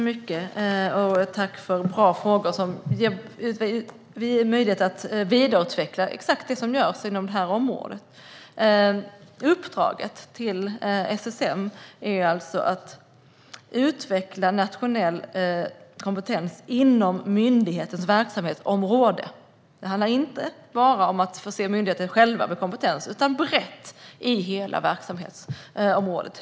Herr talman! Tack för bra frågor, som ger möjlighet att vidareutveckla exakt vad som görs inom detta område. Uppdraget till SSM är alltså att utveckla nationell kompetens inom myndighetens verksamhetsområde. Det handlar inte bara om att förse myndigheten själv med kompetens, utan detta ska ske brett inom hela verksamhetsområdet.